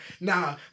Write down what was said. nah